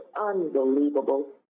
unbelievable